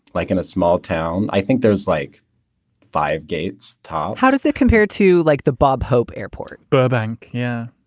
like in a small town. i think there's like five gates tall how does it compare to, like, the bob hope airport? burbank? yeah,